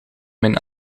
mijn